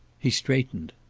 he straightened.